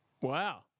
Wow